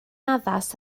addas